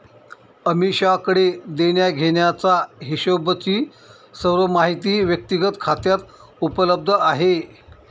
अमीषाकडे देण्याघेण्याचा हिशोबची सर्व माहिती व्यक्तिगत खात्यात उपलब्ध आहे